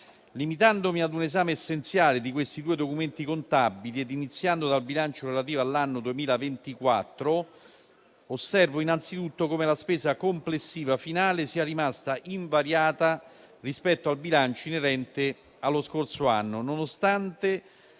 Limitandomi a un esame essenziale di questi due documenti contabili, iniziando dal bilancio relativo all'anno 2024, osservo, innanzitutto, come la spesa complessiva finale sia rimasta invariata rispetto al bilancio inerente allo scorso anno, nonostante